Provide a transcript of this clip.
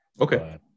Okay